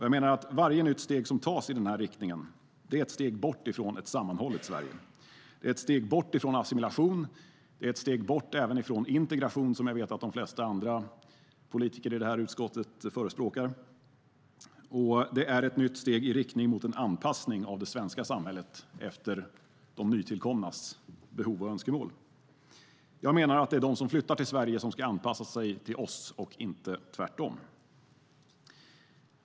Jag menar att varje nytt steg som tas i den riktningen är ett steg bort från ett sammanhållet Sverige. Det är ett steg bort från assimilation. Det är ett steg bort även från integration, som jag vet att de flesta andra politiker i utskottet förespråkar. Det är ett nytt steg i riktning mot en anpassning av det svenska samhället efter de nytillkomnas behov och önskemål. Jag menar att det är de som flyttar till Sverige som ska anpassa sig till oss och inte tvärtom.